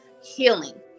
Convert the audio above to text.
healing